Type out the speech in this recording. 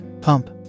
Pump